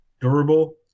Durable